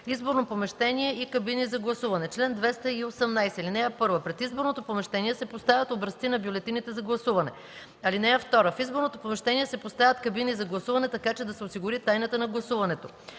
„Изборно помещение и кабини за гласуване Чл. 218. (1) Пред изборното помещение се поставят образци на бюлетините за гласуване. (2) В изборното помещение се поставят кабини за гласуване, така че да се осигури тайната на гласуването.